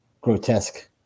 grotesque